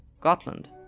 Gotland